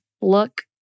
look